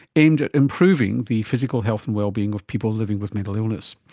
aimed at improving the physical health and well-being of people living with mental illness.